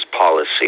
policy